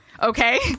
Okay